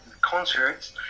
concerts